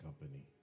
Company